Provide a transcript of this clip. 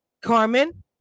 Carmen